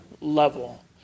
level